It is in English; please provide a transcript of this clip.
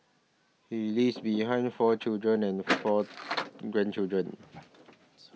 he leaves behind four children and four grandchildren